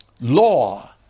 Law